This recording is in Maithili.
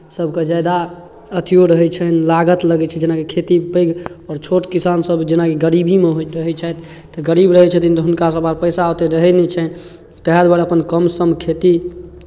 सभके ज्यादा अथिओ रहै छनि लागत लगै छनि जेनाकि खेती पैघ आओर छोट किसानसभ जेनाकि गरीबीमे रहै छथि तऽ गरीब रहै छथिन तऽ हुनकासभ लग पैसा ओतेक रहै नहि छनि तैँ दुआरे अपन कम सम खेती